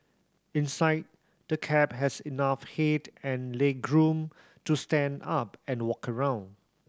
inside the cab has enough head and legroom to stand up and walk around